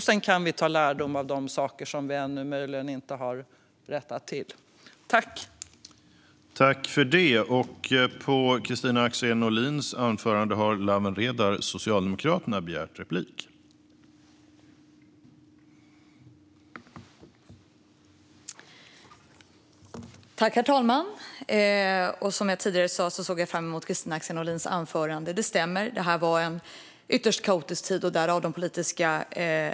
Sedan kan vi dra lärdom av de saker som vi möjligen inte rättat till ännu.